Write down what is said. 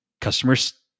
customers